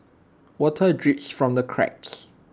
water drips from the cracks